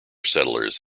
settlers